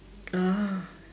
ah